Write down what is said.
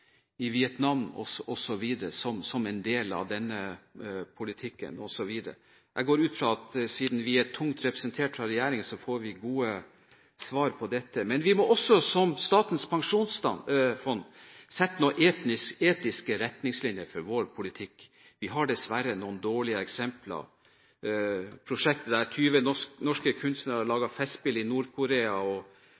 i Vietnam osv. som en del av denne politikken. Jeg går ut fra at siden regjeringen er tungt representert, får vi gode svar på dette. Men vi må også, som Statens pensjonsfond, sette noen etiske retningslinjer for vår politikk. Vi har dessverre noen dårlige eksempler, som prosjektet der 20 norske kunstnere lagde festspill i Nord-Korea, og Håkon Gullvågs utstilling i Damaskus er ikke noe mønster for det gode eksempel. Vi har